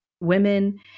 women